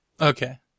Okay